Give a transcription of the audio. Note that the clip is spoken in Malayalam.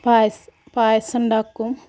പായസം പായസം ഉണ്ടാക്കും